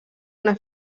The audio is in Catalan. una